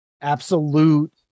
Absolute